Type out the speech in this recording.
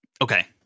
Okay